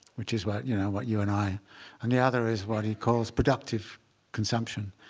which is what you know what you and i and the other is what he calls productive consumption,